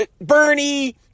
Bernie